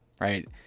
right